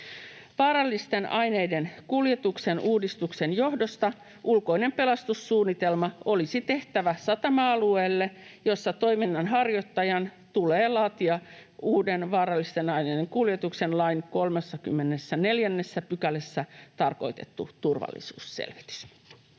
Vaarallisten aineiden kuljetuksen uudistuksen johdosta ulkoinen pelastussuunnitelma olisi tehtävä satama-alueelle, jossa toiminnanharjoittajan tulee laatia uuden vaarallisten aineiden kuljetuksen lain 34 §:ssä tarkoitettu turvallisuusselvitys.